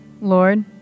Lord